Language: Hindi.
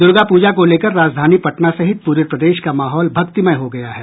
दुर्गा प्रजा को लेकर राजधानी पटना सहित पूरे प्रदेश का माहौल भक्तिमय हो गया है